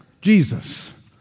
Jesus